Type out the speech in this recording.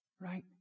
Right